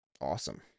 awesome